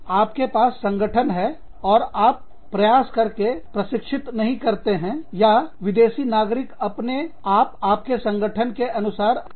तो आपके पास संगठन हैऔर आप प्रयास करके प्रशिक्षित नहीं करते हैं या विदेशी नागरिक अपने आप आपके संगठन के अनुसार अनुकूलित करते हैं